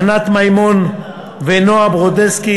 ענת מיימון ונועה ברודסקי,